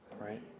right